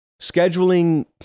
scheduling